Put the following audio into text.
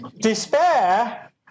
despair